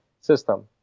system